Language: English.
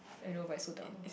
I know but it's so dumb